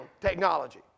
technology